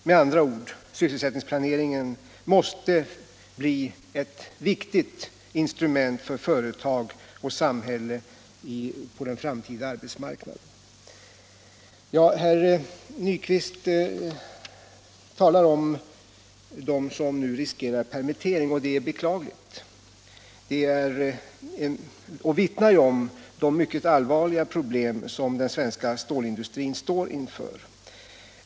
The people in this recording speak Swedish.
Med andra ord: Sysselsättningsplaneringen måste bli ett viktigt instrument för företag och samhälle på den framtida arbetsmarknaden. Herr Nyquist talar om dem som nu riskerar permittering. Det är beklagligt att denna risk finns och vittnar om de mycket allvarliga problem som den svenska stålindustrin står inför.